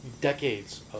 decades